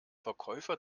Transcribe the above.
verkäufer